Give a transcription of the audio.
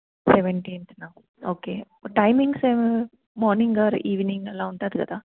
సెవెంటీన్త్నా okay timings ఏం morning or evening అలా ఉంటుంది కదా